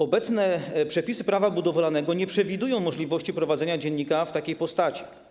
Obecne przepisy Prawa budowlanego nie przewidują możliwości prowadzenia dziennika w takiej postaci.